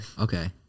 Okay